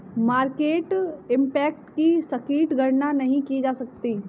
market impact की सटीक गणना नहीं की जा सकती